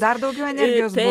dar daugiau energijos buvo